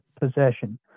possession